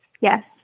yes